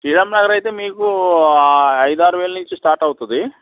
శ్రీరామ్ నగరైతే మీకు ఐదారు వేలు నుంచి స్టార్ట్ అవుతుంది